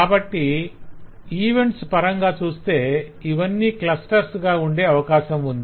కాబట్టి ఈవెంట్స్ పరంగా చూస్తె ఇవన్నీ క్లస్టర్స్ గా ఉండే అవకాశం ఉంది